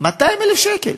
200,000 שקל.